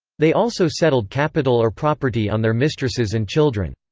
they also settled capital or property on their mistresses and children.